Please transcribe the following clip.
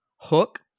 Hook